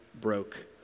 broke